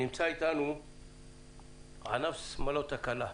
נמצא איתנו דרור קונטנטו מענף שמלות הכלה,